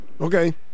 Okay